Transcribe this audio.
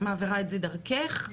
מעבירה את זה דרכך.